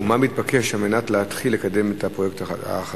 ומה מתבקש על מנת להתחיל לקדם את הפרויקט מחדש?